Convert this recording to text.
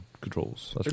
controls